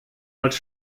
als